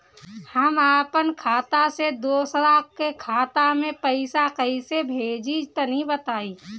हम आपन खाता से दोसरा के खाता मे पईसा कइसे भेजि तनि बताईं?